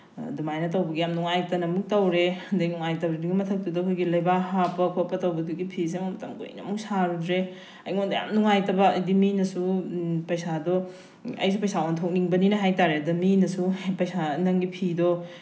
ꯑꯗꯨꯃꯥꯏꯅ ꯇꯧꯕꯒꯤ ꯌꯥꯝ ꯅꯨꯡꯉꯥꯏꯇꯅ ꯑꯃꯨꯛ ꯇꯧꯔꯦ ꯑꯗꯩ ꯅꯨꯡꯉꯥꯏꯇꯕꯗꯨꯒꯤ ꯃꯊꯛꯇꯨꯗ ꯑꯩꯈꯣꯏꯒꯤ ꯂꯩꯕꯥꯛ ꯍꯥꯞꯄ ꯈꯣꯠꯄ ꯇꯧꯕꯗꯨꯒꯤ ꯐꯤꯁꯦ ꯑꯃꯨꯛ ꯃꯇꯝ ꯀꯨꯏꯅ ꯑꯃꯨꯛ ꯁꯥꯔꯨꯗ꯭ꯔꯦ ꯑꯩꯉꯣꯟꯗ ꯌꯥꯝ ꯅꯨꯡꯉꯥꯏꯇꯕ ꯍꯥꯏꯗꯤ ꯃꯤꯅꯁꯨ ꯄꯩꯁꯥꯗꯣ ꯑꯩꯁꯨ ꯄꯩꯁꯥ ꯑꯣꯟꯊꯣꯛꯅꯤꯡꯕꯅꯤꯅ ꯍꯥꯏꯕꯇꯥꯔꯦ ꯑꯗꯨ ꯃꯤꯅꯁꯨ ꯄꯩꯁꯥ ꯅꯪꯒꯤ ꯐꯤꯗꯣ